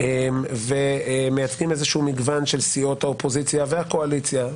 - של סיעות האופוזיציה והקואליציה,